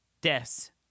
deaths